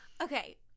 okay